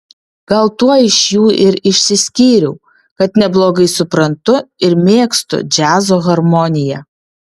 gal tuo iš jų ir išsiskyriau kad neblogai suprantu ir mėgstu džiazo harmoniją